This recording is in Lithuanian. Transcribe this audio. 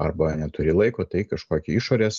arba neturi laiko tai kažkokį išorės